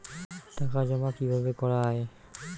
টাকা জমা কিভাবে করা য়ায়?